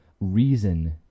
reason